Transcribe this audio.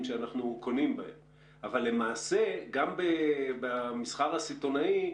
בהם אנחנו קונים אבל למעשה גם במסחר הסיטונאי,